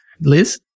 Liz